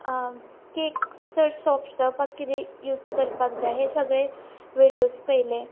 cake चड soft जावपाक किदें यूज करपाक जाय हे सगळे विडिओस पळयले